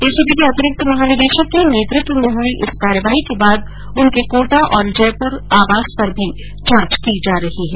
ACB के अतिरिक्त महानिदेशक के नेतृत्व में हुई इस कार्यवाही के बाद उनके कोटा और जयपुर स्थित आवास पर भी जांच की जा रही है